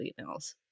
emails